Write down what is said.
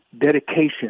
dedication